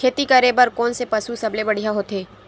खेती करे बर कोन से पशु सबले बढ़िया होथे?